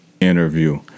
interview